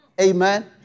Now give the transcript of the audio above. Amen